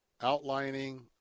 outlining